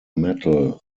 metal